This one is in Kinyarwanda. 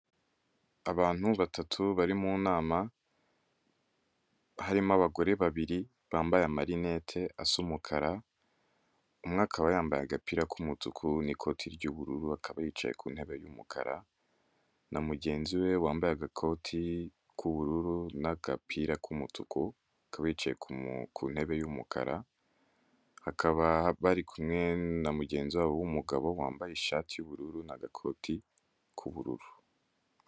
Abantu batatu bari mu nama harimo abagore babiri bambaye amarinete asa umukara umwe akaba yambaye agapira k'umutuku n'ikoti ry'ubururu akaba yicaye ku ntebe y'umukara na mugenzi we wambaye agakoti k'ubururu n'agapira k'umutuku ahaba yicaye ku ntebe y'umukaraba bari kumwe na mugenzi wbo w'umugabo wambaye ishati y'ubururu n'agakoti k'ubururu.